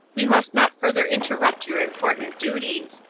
we must not further interrupt your important duties.